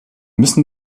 müssen